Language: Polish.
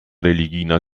religijna